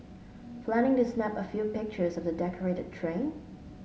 planning to snap a few pictures of the decorated train